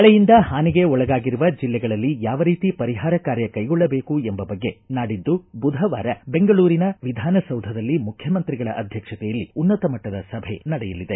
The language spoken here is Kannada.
ಮಳೆಯಿಂದ ಹಾನಿಗೆ ಒಳಗಾಗಿರುವ ಜಲ್ಲೆಗಳಲ್ಲಿ ಯಾವ ರೀತಿ ಪರಿಹಾರ ಕಾರ್ಯ ಕೈಗೊಳ್ಳಬೇಕು ಎಂಬ ಬಗ್ಗೆ ನಾಡಿದ್ದು ಬುಧವಾರ ಬೆಂಗಳೂರಿನ ವಿಧಾನಸೌಧದಲ್ಲಿ ಮುಖ್ಯಮಂತ್ರಿಗಳ ಅಧ್ಯಕ್ಷತೆಯಲ್ಲಿ ಉನ್ನತ ಮಟ್ಟದ ಸಭೆ ನಡೆಯಲಿದೆ